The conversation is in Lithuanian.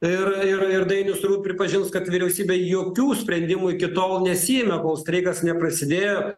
ir ir ir dainius turbūt pripažins kad vyriausybė jokių sprendimų iki tol nesiėmė kol streikas neprasidėjo